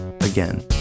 again